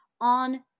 on